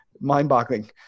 mind-boggling